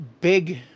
big